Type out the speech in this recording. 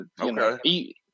Okay